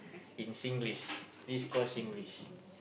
in Singlish this call Singlish